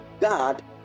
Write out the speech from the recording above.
God